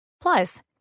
Plus